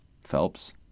Phelps